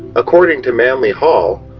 according to manly hall,